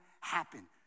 happen